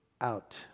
out